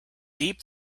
deep